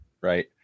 right